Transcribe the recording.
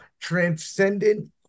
transcendent